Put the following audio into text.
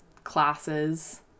classes